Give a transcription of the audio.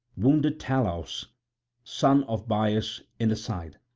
wounded talaus son of bias in the side,